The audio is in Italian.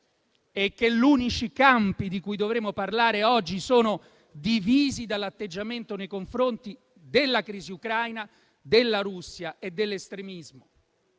è che gli unici campi di cui dovremmo parlare oggi sono divisi dall'atteggiamento nei confronti della crisi ucraina, della Russia e dell'estremismo.